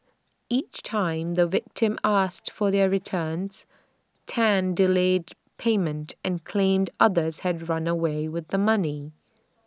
each time the victims asked for their returns Tan delayed payment and claimed others had run away with the money